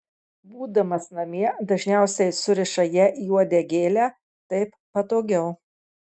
būdamas namie dažniausiai suriša ją į uodegėlę taip patogiau